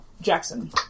Jackson